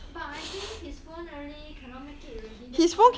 but I think his phone really cannot make it already that's why